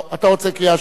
אתה רוצה קריאה שלישית.